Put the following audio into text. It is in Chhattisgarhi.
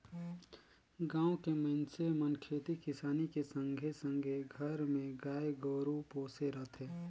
गाँव के मइनसे मन खेती किसानी के संघे संघे घर मे गाय गोरु पोसे रथें